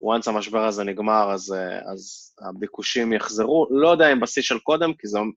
once המשבר הזה נגמר, אז הביקושים יחזרו. לא יודע אם בשיא של קודם, כי זה...